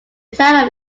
town